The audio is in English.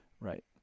Right